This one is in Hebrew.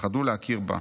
פחדו להכיר בה.